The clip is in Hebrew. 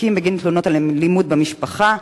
תיקים בגין תלונות על אלימות במשפחה,